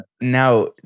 now